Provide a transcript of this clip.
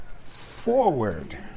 forward